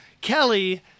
kelly